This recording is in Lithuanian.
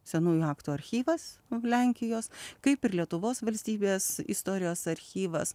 senųjų aktų archyvas lenkijos kaip ir lietuvos valstybės istorijos archyvas